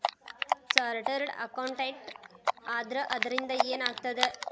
Chartered accountant ಆದ್ರ ಅದರಿಂದಾ ಏನ್ ಆಗ್ತದ?